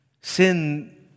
Sin